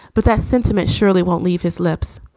but that sentiment surely won't leave his lips.